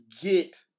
get